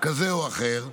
כזה או אחר,